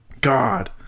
God